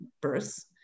births